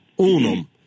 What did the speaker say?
unum